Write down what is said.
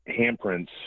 handprints